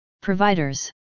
providers